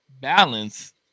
balance